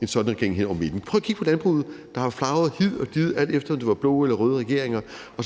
en sådan regering hen over midten. Prøv at kigge på landbruget, der har flagret hid og did, alt efter om det var blå eller røde regeringer, og